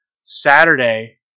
Saturday